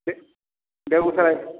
बे बेगूसराय